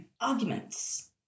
arguments